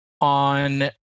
on